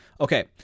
Okay